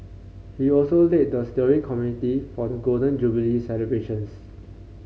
he also led the steering committee for the Golden Jubilee celebrations